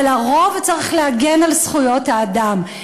אבל הרוב צריך להגן על זכויות האדם.